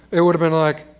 it would have been like,